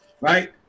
right